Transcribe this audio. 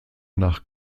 nach